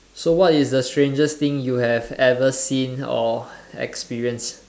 so what is the strangest thing you have ever seen or experienced